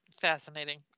fascinating